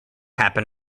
happen